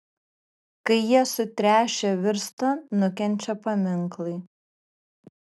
kai jie sutręšę virsta nukenčia paminklai